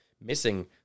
missing